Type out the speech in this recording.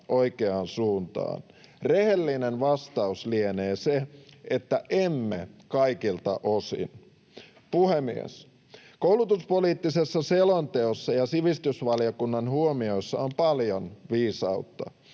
oikeaan suuntaan. Rehellinen vastaus lienee se, että emme kaikilta osin. Puhemies! Koulutuspoliittisessa selonteossa ja sivistysvaliokunnan huomioissa on paljon viisautta.